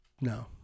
No